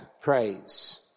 praise